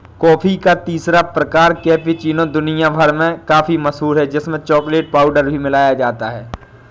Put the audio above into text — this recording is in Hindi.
कॉफी का तीसरा प्रकार कैपेचीनो दुनिया भर में काफी मशहूर है जिसमें चॉकलेट पाउडर भी मिलाया जाता है